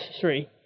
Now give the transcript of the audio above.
three